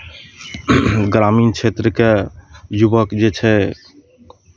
ग्रामीण क्षेत्रके युवक जे छै